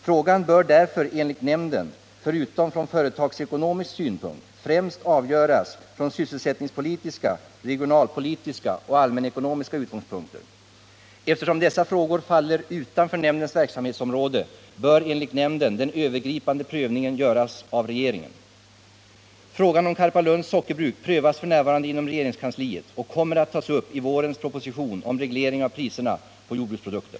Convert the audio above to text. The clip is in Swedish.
Frågan bör därför enligt nämnden, förutom från företagsekonomisk synpunkt, främst avgöras från sysselsättningspolitiska, regionalpolitiska och allmänekonomiska utgångspunkter. Eftersom dessa frågor faller utanför nämndens verksamhetsområde, bör enligt nämnden den övergripande prövningen göras av regeringen. Frågan om Karpalunds Sockerbruk prövas f. n. inom regeringskansliet och kommer att tas upp i vårens proposition om reglering av priserna på jordbruksprodukter.